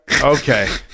Okay